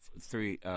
three